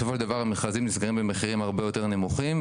בסופו של דבר המכרזים נסגרים במחירים הרבה יותר נמוכים,